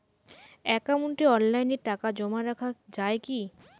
একাউন্টে অনলাইনে টাকা জমা রাখা য়ায় কি?